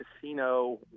casino